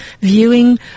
viewing